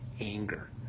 anger